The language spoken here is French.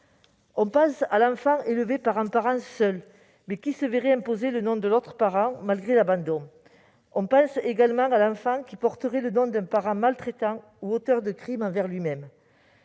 ; ainsi de l'enfant élevé par un parent seul, mais qui se verrait imposer le nom de l'autre parent malgré son abandon, de l'enfant qui porterait le nom d'un parent maltraitant ou auteur de crimes contre lui,